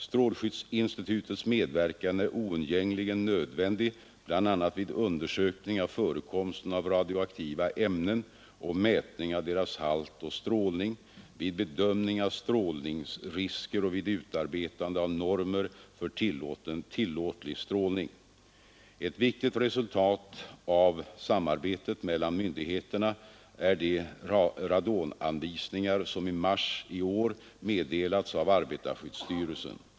Strålskyddsinstitutets medverkan är oundgängligen nödvändig bl.a. vid undersökning av förekomsten av radioaktiva ämnen och mätning av deras halt och strålning, vid bedömning av strålningsrisker och vid utarbetande av normer för tillåtlig strålning. Ett viktigt resultat av samarbetet mellan myndigheterna är de radonanvisningar som i mars i år meddelats av arbetarskyddsstyrelsen.